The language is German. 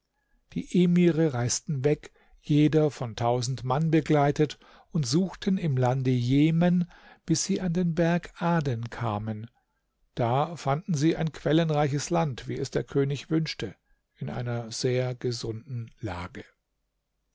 die emire reisten weg jeder von tausend mann begleitet und suchten im lande jemen bis sie an den berg aden kamen da fanden sie ein quellenreiches land wie es der könig wünschte in einer sehr gesunden lage